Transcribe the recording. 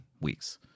weeks